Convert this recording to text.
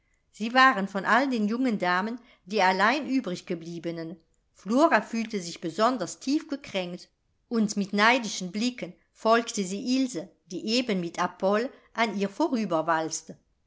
sie waren von all den jungen damen die allein uebriggebliebenen flora fühlte sich besonders tief gekränkt und mit neidischen blicken folgte sie ilse die eben mit apoll an ihr vorüberwalzte